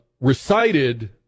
recited